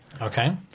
Okay